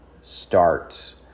start